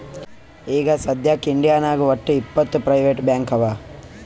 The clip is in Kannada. ಈಗ ಸದ್ಯಾಕ್ ಇಂಡಿಯಾನಾಗ್ ವಟ್ಟ್ ಇಪ್ಪತ್ ಪ್ರೈವೇಟ್ ಬ್ಯಾಂಕ್ ಅವಾ